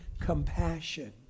compassion